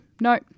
no